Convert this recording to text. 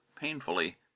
painfully